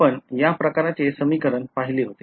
आपण या प्रकाराचे समीकरण पहिले होते